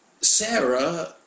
Sarah